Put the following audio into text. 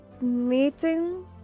meeting